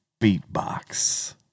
beatbox